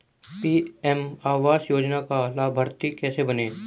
PM आवास योजना का लाभर्ती कैसे बनें?